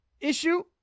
issue